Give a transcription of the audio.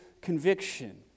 conviction